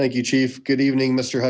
thank you chief good evening mister